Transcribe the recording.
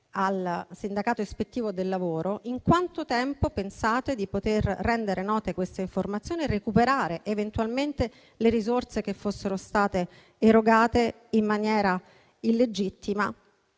attività ispettive del lavoro. Dunque, in quanto tempo pensate di poter rendere note queste informazioni e recuperare eventualmente le risorse che fossero state erogate in maniera illegittima?